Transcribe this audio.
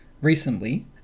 recently